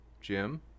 jim